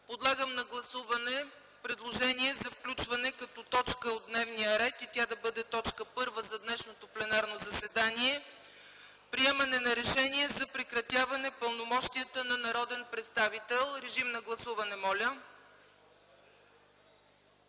подлагам на гласуване предложение за включване като точка от дневния ред и тя да бъде т. 1 за днешното пленарно заседание – приемане на Решение за прекратяване пълномощията на народен представител. Моля, гласувайте.